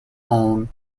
own